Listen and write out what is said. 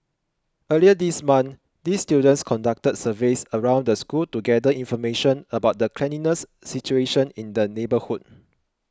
earlier this month these students conducted surveys around the school to gather information about the cleanliness situation in the neighbourhood